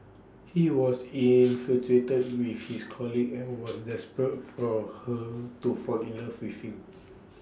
he was infatuated with his colleague and was desperate for her to fall in love with him